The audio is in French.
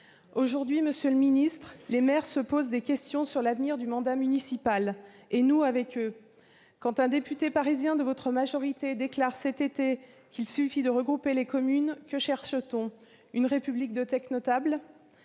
Aujourd'hui, monsieur le ministre d'État, les maires se posent des questions sur l'avenir du mandat municipal, et nous avec eux. Quand un député parisien de votre majorité déclare cet été qu'il suffit de regrouper les communes, que cherche-t-on : une République de « technotables